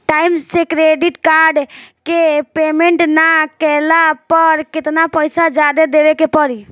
Time से credit card के payment ना कैला पर केतना पईसा जादे देवे के पड़ी?